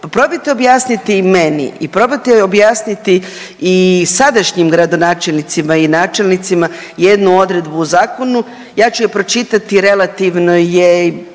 probajte objasniti meni i probajte objasniti i sadašnjim gradonačelnicima i načelnicima jednu odredbu u zakonu. Ja ću je pročitati, relativno je